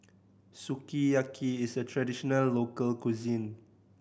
sukiyaki is a traditional local cuisine